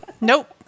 nope